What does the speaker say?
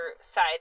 side